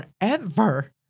forever